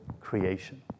creation